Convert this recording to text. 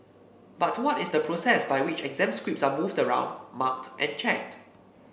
but what is the process by which exam scripts are moved around marked and checked